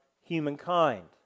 humankind